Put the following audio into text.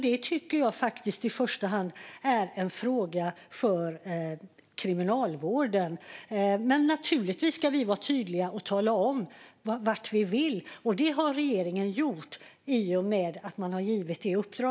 Det tycker jag faktiskt i första hand är en fråga för kriminalvården. Men naturligtvis ska vi vara tydliga och tala om vart vi vill, och det har regeringen gjort i och med att man har gett ett uppdrag.